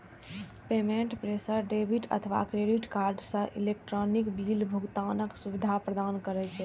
payment processor debit अथवा credit card सं electronic bill भुगतानक सुविधा प्रदान करै छै